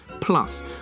plus